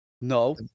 no